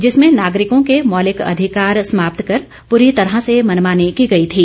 जिसमें नागरिकों के मौलिक अधिकार समाप्त कर पूरी तरह से मनमानी की गई थी